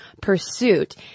pursuit